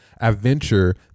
adventure